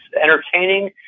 entertaining